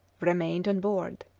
remained on board.